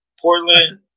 Portland